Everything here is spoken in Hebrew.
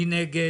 מי נגד?